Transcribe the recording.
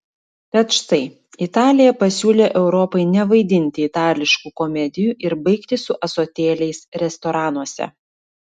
tad štai italija pasiūlė europai nevaidinti itališkų komedijų ir baigti su ąsotėliais restoranuose